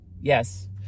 Yes